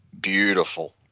Beautiful